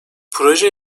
proje